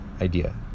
idea